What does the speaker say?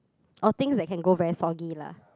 or things that can go very soggy lah